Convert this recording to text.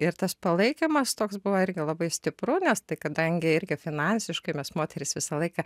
ir tas palaikymas toks buvo irgi labai stipru nes tai kadangi irgi finansiškai mes moterys visą laiką